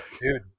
dude